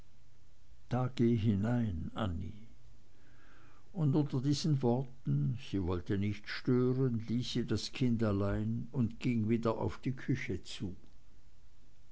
da geh hinein annie und unter diesen worten sie wollte nicht stören ließ sie das kind allein und ging wieder auf die küche zu